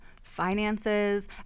finances